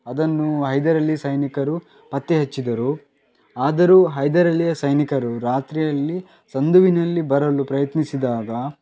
ಅದನ್ನು ಹೈದರಲಿ ಸೈನಿಕರು ಪತ್ತೆ ಹಚ್ಚಿದರು ಆದರೂ ಹೈದರಲಿಯ ಸೈನಿಕರು ರಾತ್ರಿಯಲ್ಲಿ ಸಂದುವಿನಲ್ಲಿ ಬರಲು ಪ್ರಯತ್ನಿಸಿದಾಗ